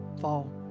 fall